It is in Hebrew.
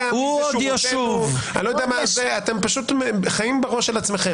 אתם פשוט חיים בראש של עצמכם.